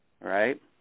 right